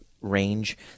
range